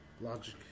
logic